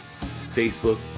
Facebook